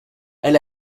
elle